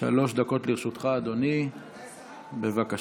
לרשותך, אדוני, בבקשה.